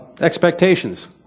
expectations